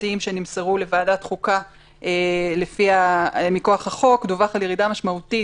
השנתיים שנמסרו לוועדת החוקה מכוח החוק דווח על ירידה משמעותית